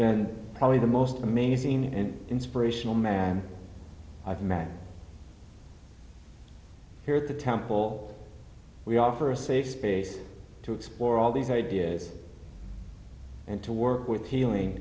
been probably the most amazing and inspirational man i've met here at the temple we offer a safe space to explore all these ideas and to work with healing